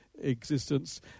existence